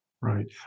Right